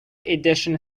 edition